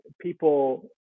people